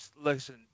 Listen